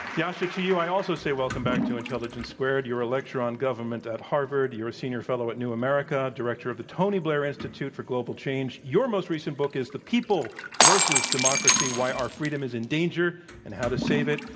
yascha, to you i also say welcome back to intelligence squared. you're a lecturer on government at harvard. you're a senior fellow at new america, director of the tony blair institute for global change. your most recent book is the people versus democracy why our freedom is in danger and how to save it.